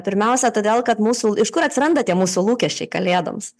pirmiausia todėl kad mūsų iš kur atsiranda tie mūsų lūkesčiai kalėdoms